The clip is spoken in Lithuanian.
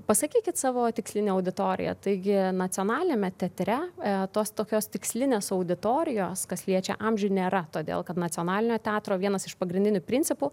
pasakykit savo tikslinę auditoriją taigi nacionaliniame teatre tos tokios tikslinės auditorijos kas liečia amžių nėra todėl kad nacionalinio teatro vienas iš pagrindinių principų